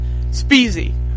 Speezy